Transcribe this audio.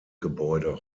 gebäude